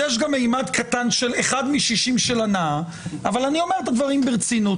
יש גם מימד קטן של אחד משישים של הנאה אבל אני אומר את הדברים ברצינות.